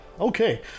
Okay